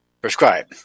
prescribe